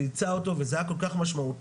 צייצה אותו וזה היה מאוד משמעותי.